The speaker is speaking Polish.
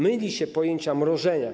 Myli się pojęcie mrożenia.